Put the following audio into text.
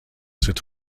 sit